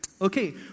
Okay